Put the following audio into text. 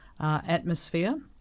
atmosphere